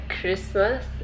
Christmas